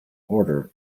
order